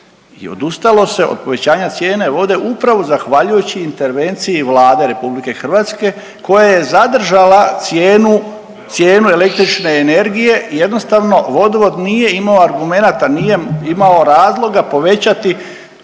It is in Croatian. odustalo se od povećanja cijene vode upravo zahvaljujući intervenciji Vlade RH koja je zadržala cijenu, cijenu električne energije i jednostavno vodovod nije imao argumenata, nije imao razloga povećati